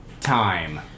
time